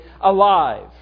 alive